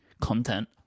content